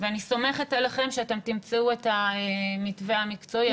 אני סומכת עליכם שאתם תמצאו את המתווה המקצועי.